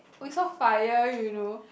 we saw fire you know